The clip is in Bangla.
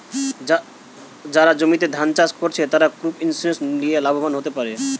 যারা জমিতে ধান চাষ কোরছে, তারা ক্রপ ইন্সুরেন্স লিয়ে লাভবান হোতে পারে